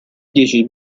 dieci